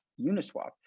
Uniswap